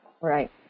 Right